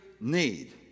need